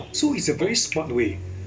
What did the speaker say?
you know so it's a very smart way